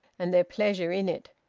and their pleasure in it.